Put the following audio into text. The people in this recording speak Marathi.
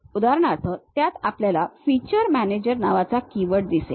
उदाहरणार्थ त्यात आपल्याला feature manager नावाचा कीवर्ड दिसेल